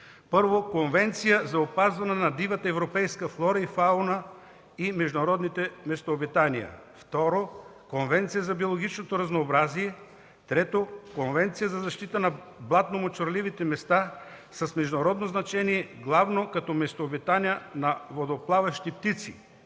1. Конвенция за опазване на дивата европейска флора и фауна и международните местообитания. 2. Конвенция за биологичното разнообразие. 3. Конвенция за защита на блатно-мочурливите места с международно значение, главно като местообитания на водоплаващи птици.